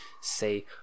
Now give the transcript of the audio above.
say